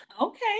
okay